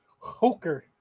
hoker